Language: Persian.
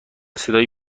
صدای